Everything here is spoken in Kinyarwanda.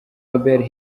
robert